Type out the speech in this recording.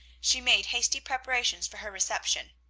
she made hasty preparations for her reception.